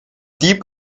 dieb